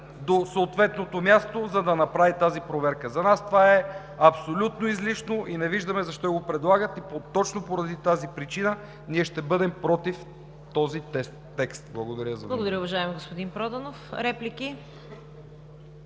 до съответното място, за да направи тази проверка? За нас това е абсолютно излишно и не виждаме защо го предлагате. Точно поради тази причина ние ще бъдем против този текст. Благодаря Ви.